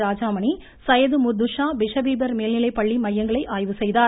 Rajamani Syed Murtuza Bishop Heber மேல்நிலைப்பள்ளி மையங்களை ஆய்வு செய்தார்